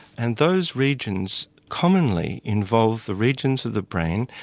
and those regions commonly involve the regions of the brain,